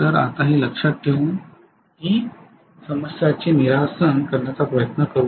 तर आता हे लक्षात ठेवून ह्या समस्याचे निरासण करण्याचा प्रयत्न करूया